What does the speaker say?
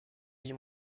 vie